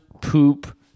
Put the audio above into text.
poop